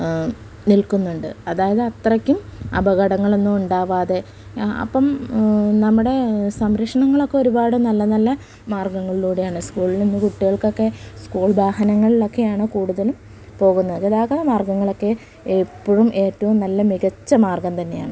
നിൽക്കുന്നുണ്ട് അതായത് അത്രയ്ക്കും അപകടങ്ങളൊന്നും ഉണ്ടാകാതെ അപ്പം നമ്മുടെ സംരക്ഷണങ്ങളൊക്കെ ഒരുപാട് നല്ല നല്ല മാർഗ്ഗങ്ങളിലൂടെയാണ് സ്കൂളിൽ നിന്നും കുട്ടികൾക്കൊക്കെ സ്കൂൾ വാഹനങ്ങളിലൊക്കെയാണ് കൂടുതലും പോകുന്നത് ഗതാഗത മാർഗ്ഗങ്ങളൊക്കെ എപ്പോഴും ഏറ്റവും നല്ല മികച്ച മാർഗ്ഗം തന്നെയാണ്